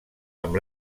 amb